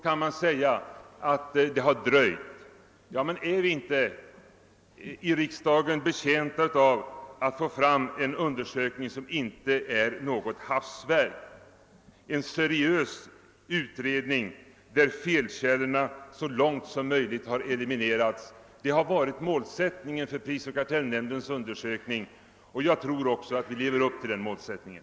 Man kan säga att det har dröjt, men är inte riksdagen betjänt av att det läggs fram en undersökning som inte är ett hafsverk utan en seriös utredning där felkällorna så långt möjligt eliminerats. Detta har varit målsättningen för prisoch kartellnämndens undersökning, och jag tror också att vi levt upp till den målsättningen.